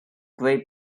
great